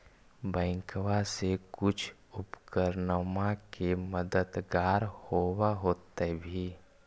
बैंकबा से कुछ उपकरणमा के मददगार होब होतै भी?